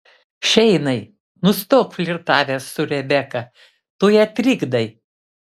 šeinai nustok flirtavęs su rebeka tu ją trikdai